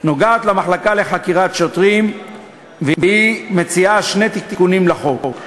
נוגעת למחלקה לחקירות שוטרים ומציעה שני תיקונים לחוק: